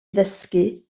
ddysgu